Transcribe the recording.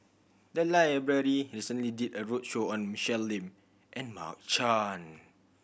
the library recently did a roadshow on Michelle Lim and Mark Chan